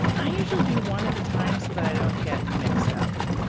i usually do one at a time so that i don't get mixed up,